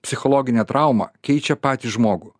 psichologinę traumą keičia patį žmogų